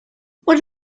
what